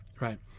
right